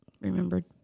Remembered